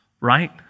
right